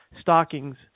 stockings